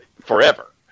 forever